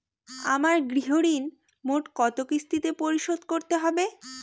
আমার গৃহঋণ মোট কত কিস্তিতে পরিশোধ করতে হবে?